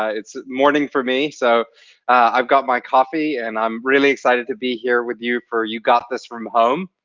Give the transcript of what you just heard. it's morning for me, so i've got my coffee, and i'm really excited to be here with you for you got this from home.